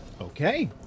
Okay